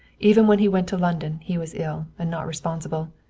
even when he went to london he was ill, and not responsible.